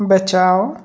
बचाओ